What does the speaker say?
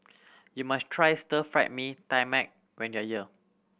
you must try Stir Fried Mee Tai Mak when you are here